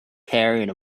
carrying